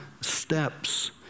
steps